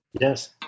Yes